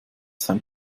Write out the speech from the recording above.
sein